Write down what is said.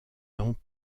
dans